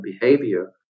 behavior